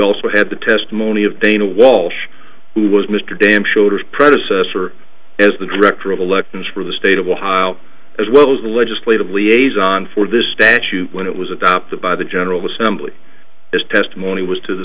also had the testimony of dana walsh who was mr dan showed his predecessor as the director of elections for the state of ohio as well as the legislative liaison for this statute when it was adopted by the general assembly his testimony was to the